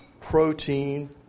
protein